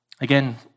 Again